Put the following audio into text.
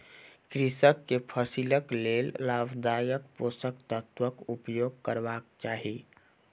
कृषक के फसिलक लेल लाभदायक पोषक तत्वक उपयोग करबाक चाही